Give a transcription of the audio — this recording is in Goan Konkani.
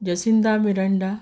जसिंथा मिरांडा